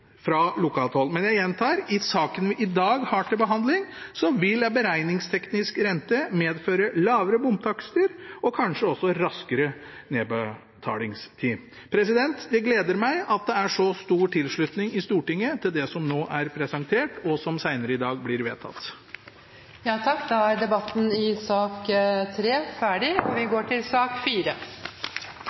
fra lokalt hold. Jeg gjentar: I saken vi i dag har til behandling, vil en lavere beregningsteknisk rente medføre lavere bomtakster og kanskje også raskere nedbetalingstid. Det gleder meg at det er så stor tilslutning i Stortinget til det som nå er presentert, og som senere i dag blir vedtatt. Flere har ikke bedt om ordet til sak nr. 3. Etter ønske fra transport- og